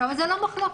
אבל זו לא מחלוקת.